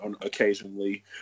occasionally